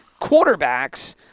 quarterbacks